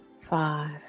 five